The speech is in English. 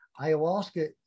ayahuasca